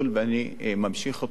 ואני ממשיך שלו.